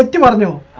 ah toward no